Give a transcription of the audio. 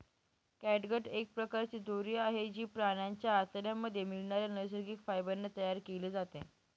catgut एक प्रकारची दोरी आहे, जी प्राण्यांच्या आतड्यांमध्ये मिळणाऱ्या नैसर्गिक फायबर ने तयार केली जाते